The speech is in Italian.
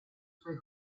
suoi